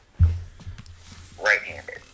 right-handed